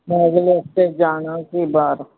bag ਲੈ ਕੇ ਜਾਣਾ ਸੀ ਬਾਹਰ